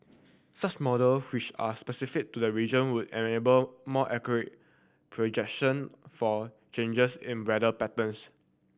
such model which are specific to the region would enable more accurate projection for changes in weather patterns